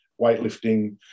weightlifting